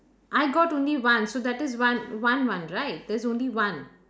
I got only one so that is one one one right there is only one